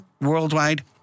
worldwide